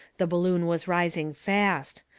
the balloon was rising fast.